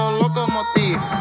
locomotive